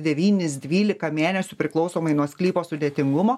devynis dvylika mėnesių priklausomai nuo sklypo sudėtingumo